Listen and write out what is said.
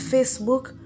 Facebook